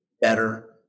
better